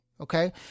okay